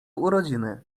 urodziny